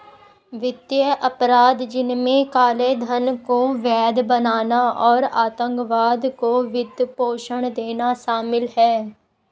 वित्तीय अपराध, जिनमें काले धन को वैध बनाना और आतंकवाद को वित्त पोषण देना शामिल है